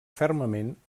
fermament